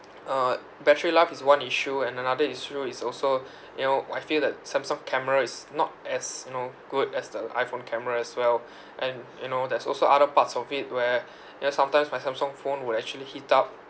uh battery life is one issue and another issue is also you know I feel that samsung camera is not as you know good as the iphone camera as well and you know there's also other parts of it where you know sometimes my samsung phone will actually heat up